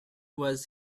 was